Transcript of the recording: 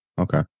Okay